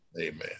Amen